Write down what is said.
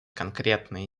конкретные